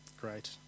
Great